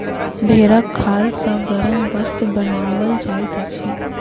भेंड़क खाल सॅ गरम वस्त्र बनाओल जाइत अछि